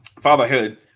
Fatherhood